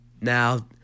Now